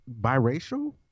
biracial